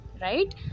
right